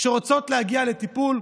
שרוצות להגיע לטיפול,